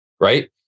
right